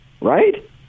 right